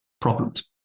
problems